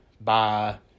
bye